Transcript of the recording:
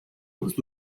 was